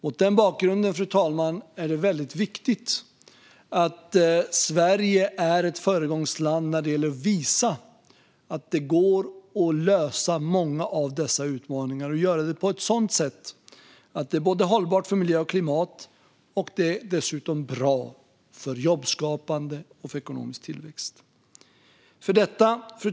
Mot den bakgrunden, fru talman, är det väldigt viktigt att Sverige är ett föregångsland när det gäller att visa att det går att lösa många av dessa utmaningar och göra det på ett sådant sätt att det är hållbart för miljö och klimat och dessutom bra för jobbskapande och för ekonomisk tillväxt. Fru talman!